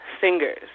singers